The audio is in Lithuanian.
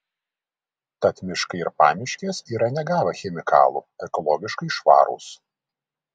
tad miškai ir pamiškės yra negavę chemikalų ekologiškai švarūs